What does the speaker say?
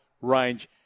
range